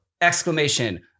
Exclamation